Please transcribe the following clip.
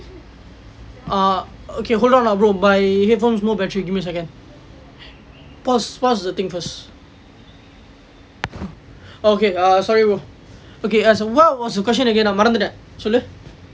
err okay hold on ah bro my headphones no battery give me a second pause pause the thing first okay err sorry bro okay so what what was your question again மறந்துட்டேன் சொல்லு:maranthutten sollu